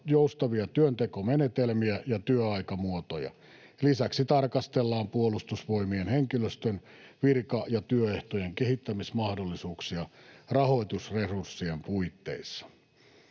joustavia työntekomenetelmiä ja työaikamuotoja. Lisäksi tarkastellaan Puolustusvoimien henkilöstön virka‑ ja työehtojen kehittämismahdollisuuksia rahoitusresurssien puitteissa.